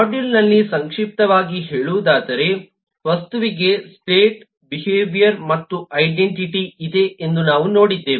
ಮಾಡ್ಯೂಲ್ನಲ್ಲಿ ಸಂಕ್ಷಿಪ್ತವಾಗಿ ಹೇಳುವುದಾದರೆ ವಸ್ತುವಿಗೆ ಸ್ಟೇಟ್ ಬಿಹೇವಿಯರ್ ಮತ್ತು ಐಡೆಂಟಿಟಿ ಇದೆ ಎಂದು ನಾವು ನೋಡಿದ್ದೇವೆ